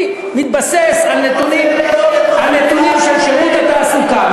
אני מתבסס על נתונים של שירות התעסוקה.